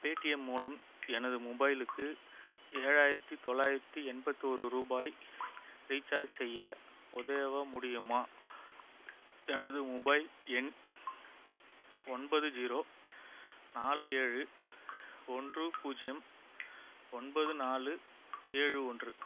Paytm மூலம் எனது மொபைலுக்கு ஏழாயிரத்தி தொள்ளாயிரத்தி எண்பத்தொரு ரூபாய் ரீசார்ஜ் செய்ய உதவ முடியுமா எனது மொபைல் எண் ஒன்பது ஜீரோ நாலு ஏழு ஒன்று பூஜ்யம் ஒன்பது நாலு ஏழு ஒன்று